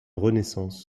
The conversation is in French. renaissance